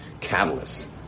catalyst